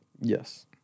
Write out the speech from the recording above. Yes